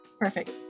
Perfect